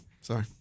Sorry